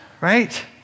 right